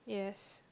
yes